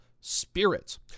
spirits